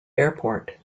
airport